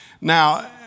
Now